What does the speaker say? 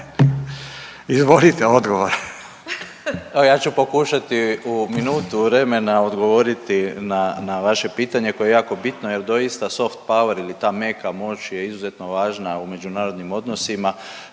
Ivo (HDZ)** Evo ja ću pokušati u minutu vremena odgovoriti na, na vaše pitanje koje je jako bitno jel doista soft power ili ta meka moći je izuzetno važna u međunarodnim odnosima,